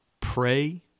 Pray